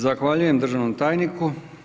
Zahvaljujem državnom tajniku.